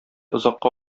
озакка